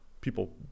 People